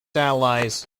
allies